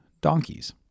donkeys